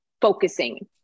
focusing